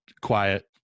quiet